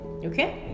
Okay